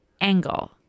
angle